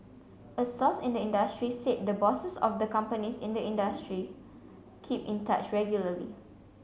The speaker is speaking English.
a source in the industry said the bosses of the companies in the industry keep in touch regularly